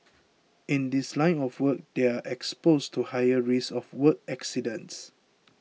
in this line of work they are exposed to higher risk of work accidents